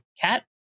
cat